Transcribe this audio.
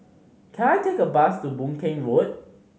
can I take a bus to Boon Keng Road